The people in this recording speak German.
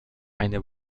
eine